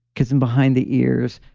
kissing behind the ears,